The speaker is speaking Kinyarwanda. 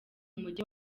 mujyi